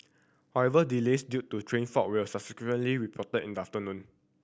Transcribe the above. however delays due to train fault were subsequently reported in the afternoon